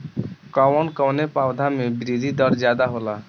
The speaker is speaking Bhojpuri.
कवन कवने पौधा में वृद्धि दर ज्यादा होला?